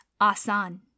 asan